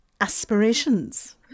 aspirations